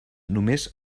només